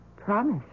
Promise